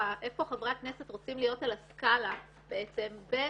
חברי הכנסת רוצים להיות על הסקאלה בין